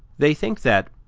they think that,